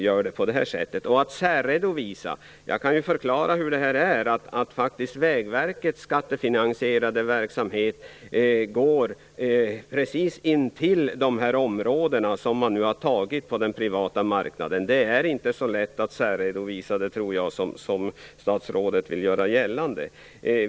När det gäller särredovisning kan jag förklara att Vägverkets skattefinansierade verksamhet bedrivs precis i närheten av de områden som den privata marknaden nu har tagit. Jag tror inte att det är så lätt att göra särredovisningar som statsrådet vill göra gällande.